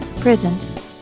present